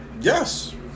Yes